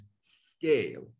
scale